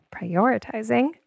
prioritizing